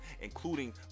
including